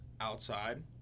outside